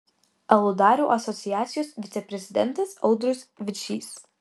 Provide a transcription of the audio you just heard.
aludarių asociacijos viceprezidentas audrius vidžys